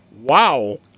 Wow